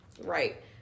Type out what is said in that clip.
right